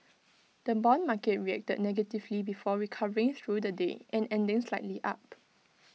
the Bond market reacted negatively before recovering through the day and ending slightly up